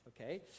okay